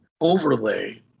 overlay